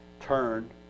turn